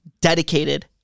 dedicated